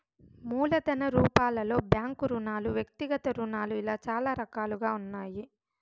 మూలధన రూపాలలో బ్యాంకు రుణాలు వ్యక్తిగత రుణాలు ఇలా చాలా రకాలుగా ఉన్నాయి